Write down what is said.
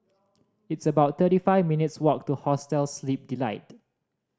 it's about thirty five minutes' walk to Hostel Sleep Delight